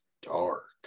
dark